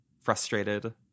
frustrated